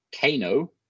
Kano